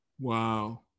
Wow